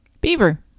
Beaver